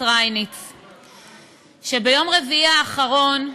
שביום רביעי האחרון,